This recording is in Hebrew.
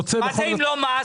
מה זה אם לא מס?